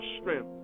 strength